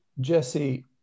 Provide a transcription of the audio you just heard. Jesse